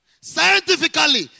Scientifically